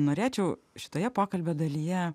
norėčiau šitoje pokalbio dalyje